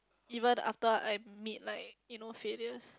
even after I'm meet like you know failures